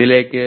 ഇതിലേക്ക്